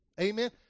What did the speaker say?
Amen